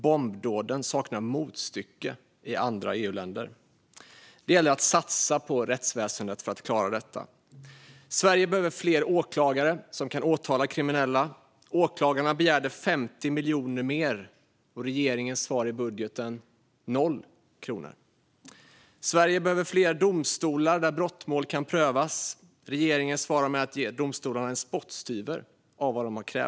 Bombdåden saknar motstycke i andra EU-länder. Det gäller att satsa på rättsväsendet för att klara detta. Sverige behöver fler åklagare som kan åtala kriminella. Åklagarna begärde 50 miljoner mer. Regeringens svar i budgeten: 0 kronor. Sverige behöver fler domstolar där brottmål kan prövas. Regeringen svarar med att ge domstolarna en spottstyver av vad de kräver.